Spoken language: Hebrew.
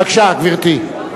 בבקשה, גברתי.